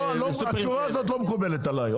התשובה הזאת לא מקובלת עליי.